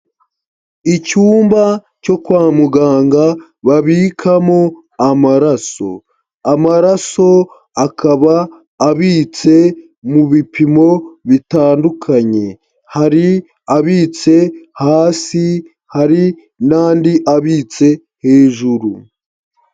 Icyumba cyo kwa muganga babikamo amaraso, amaraso akaba abitse mu bipimo bitandukanye, hari abitse hasi, hari n'andi abitse hejuru.